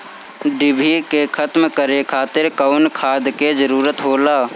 डिभी के खत्म करे खातीर कउन खाद के जरूरत होला?